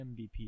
MVP